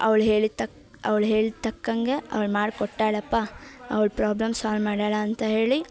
ಅವ್ಳು ಹೇಳಿದ್ದು ತಕ್ ಅವ್ಳು ಹೇಳಿದ ತಕ್ಕಂಗೆ ಅವ್ಳು ಮಾಡಿ ಕೊಟ್ಟಾಳಪ್ಪ ಅವ್ಳ ಪ್ರಾಬ್ಲಮ್ ಸಾಲ್ವ್ ಮಾಡಾಳ ಅಂತ ಹೇಳಿ